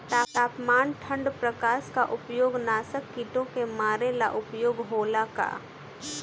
तापमान ठण्ड प्रकास का उपयोग नाशक कीटो के मारे ला उपयोग होला का?